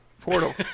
portal